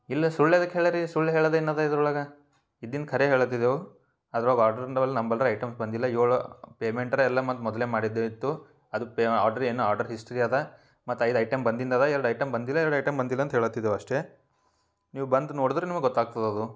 ಇಲ್ಲ ಸುಳ್ಳು ಎದಕ್ಕೆ ಹೇಳರೀ ಸುಳ್ಳು ಹೇಳದು ಏನು ಅದ ಇದ್ರ ಒಳಗೆ ಇದ್ದಿನ ಖರೆ ಹೇಳತಿದೇವೆ ಅದ್ರಾಗ ಆರ್ಡ್ರ್ ನಂಬಲ್ರ ಐಟಮ್ಸ್ ಬಂದಿಲ್ಲ ಏಳು ಪೇಮೆಂಟ್ರಿ ಎಲ್ಲ ಮತ್ತು ಮೊದಲೇ ಮಾಡಿದ್ದೆ ಇತ್ತು ಅದು ಪೇ ಆರ್ಡ್ರ್ ಏನು ಆರ್ಡ್ರ್ ಹಿಸ್ಟ್ರಿ ಅದ ಮತ್ತು ಐದು ಐಟಮ್ ಬಂದಿನ್ದ ಅದ ಎರಡು ಐಟಮ್ ಬಂದಿಲ್ಲ ಎರಡು ಐಟಮ್ ಬಂದಿಲ್ಲ ಅಂತ ಹೇಳತಿದೇವೆ ಅಷ್ಟೇ ನೀವು ಬಂದ ನೋಡುದ್ರ ನಿಮ್ಗ ಗೊತ್ತಾಗ್ತದ ಅದು